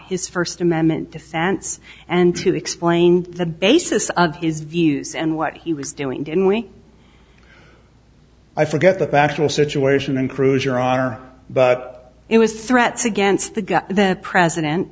his first amendment defense and to explain the basis of his views and what he was doing in week i forget the factual situation improves your honor but it was threats against the guy the president